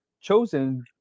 chosen